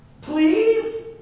Please